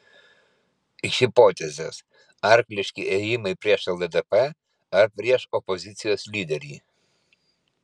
hipotezės arkliški ėjimai prieš lddp ar prieš opozicijos lyderį